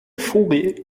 vogel